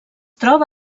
troba